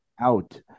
out